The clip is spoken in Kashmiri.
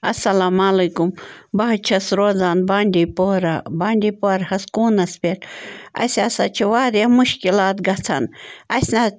اَسلامُ علیکُم بہٕ حظ چھَس روزان بانٛڈی پورہ بانٛڈی پورہَس کوٗنَس پٮ۪ٹھ اَسہِ ہسا چھِ واریاہ مُشکِلات گژھان اَسہِ